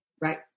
Right